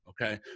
Okay